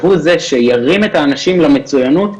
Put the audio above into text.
שהוא זה שירים את האנשים למצוינות,